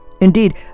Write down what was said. Indeed